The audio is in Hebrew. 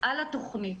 על התכנית.